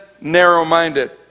narrow-minded